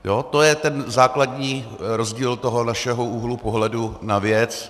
To je ten základní rozdíl toho našeho úhlu pohledu na věc.